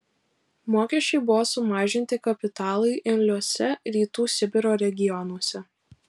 mokesčiai buvo sumažinti kapitalui imliuose rytų sibiro regionuose